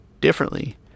differently